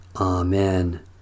Amen